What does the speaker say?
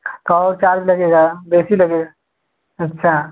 तो और चार्ज लगेगा वैसी लगेगा अच्छा